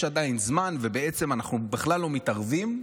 עדיין זמן ובעצם אנחנו בכלל לא מתערבים,